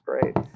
great